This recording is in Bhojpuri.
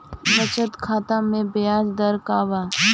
बचत खाता मे ब्याज दर का बा?